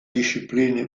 discipline